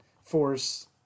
force